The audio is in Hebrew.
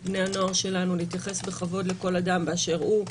את בני הנוער שלנו להתייחס בכבוד לכל אדם באשר הוא,